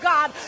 God